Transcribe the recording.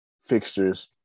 fixtures